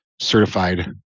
certified